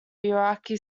iraqi